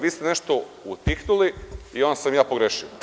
Vi ste nešto utihnuli i onda sam ja pogrešio.